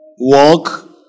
Walk